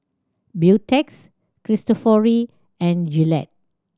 Beautex Cristofori and Gillette